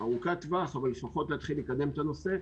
ארוכת טווח, אבל לפחות להתחיל לקדם את הנושא.